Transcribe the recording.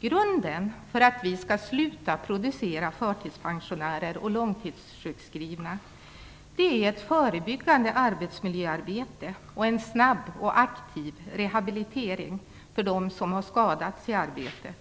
Grunden för att vi skall sluta producera förtidspensionärer och långtidssjukskrivna är ett förebyggande arbetsmiljöarbete och en snabb och aktiv rehabilitering för dem som har skadats i arbetet.